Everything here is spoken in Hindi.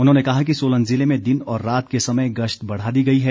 उन्होंने कहा कि सोलन ज़िले में दिन और रात के समय गश्त बढ़ा दी गई है